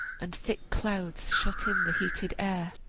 and thick clouds shut in the heated air.